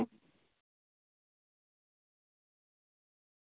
अच्छा पहले आइए तो बैठ जाइए फिर बात करते हैं